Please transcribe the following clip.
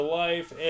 life